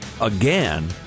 Again